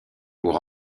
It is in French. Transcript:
pour